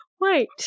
Wait